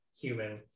human